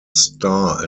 star